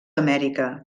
amèrica